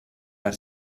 per